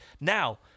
Now